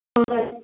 हाँ मैम